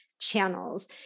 Channels